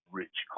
rich